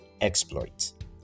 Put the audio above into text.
Exploit